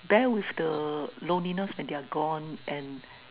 bear with the loneliness when they're gone and